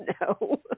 no